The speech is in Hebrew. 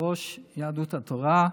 כראש יהדות התורה,